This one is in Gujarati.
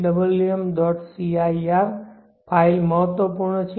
cir ફાઇલ મહત્વપૂર્ણ છે